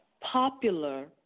popular